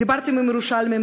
דיברתי עם ירושלמים,